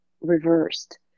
reversed